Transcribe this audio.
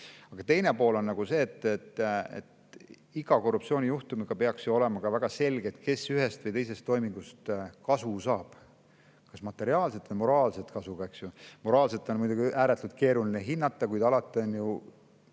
Aga teine pool on see, et iga korruptsioonijuhtumi korral peaks ju olema väga selge, kes ühest või teisest toimingust kasu saab – kas materiaalset või moraalset kasu. Moraalset kasu on muidugi ääretult keeruline hinnata, kuid alati on üks